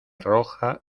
roja